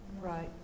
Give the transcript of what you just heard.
right